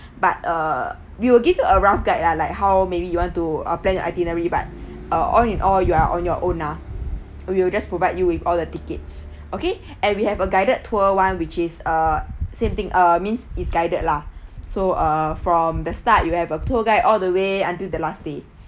but uh we will give you a rough guide lah like how maybe you want to ah plan your itinerary but uh all in all you are on your own ah we will just provide you with all the tickets okay and we have a guided tour one which is uh same thing uh means is guided lah so uh from the start you have a tour guide all the way until the last day